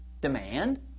demand